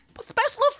special